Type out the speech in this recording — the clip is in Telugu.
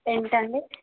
ఏంటండి